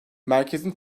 merkezin